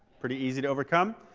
pretty easy to overcome.